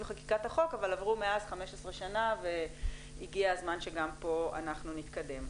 חקיקת החוק אבל עברו מאז 15 שנה והגיע הזמן שגם פה אנחנו נתקדם.